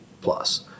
plus